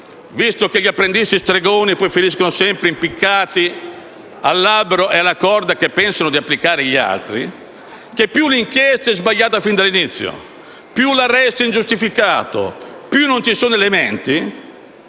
visto che gli apprendisti stregoni finiscono sempre impiccati all'albero e alla corda cui pensano di impiccare gli altri, considerate che più l'inchiesta è sbagliata fin dall'inizio, più l'arresto è ingiustificato, meno elementi